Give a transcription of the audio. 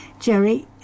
Jerry